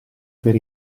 per